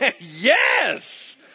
yes